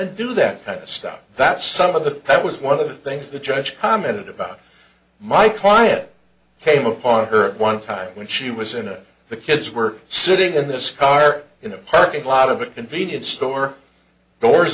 do that kind of stuff that some of the that was one of the things the judge commented about my client came upon her one time when she was in it the kids were sitting in this car in the parking lot of a convenience store doors